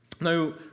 Now